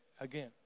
again